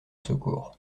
secours